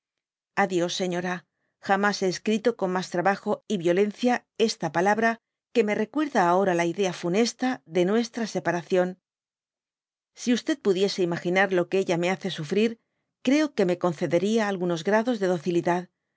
a dios señora jamas hé escrito con mas trabajo y yiolencia esta palabra que me recuerda ahora la idea funesta de nuestra separación si pudiese imaginar lo que ella me hace sufrir creo que me concedería algunos grados de docilidad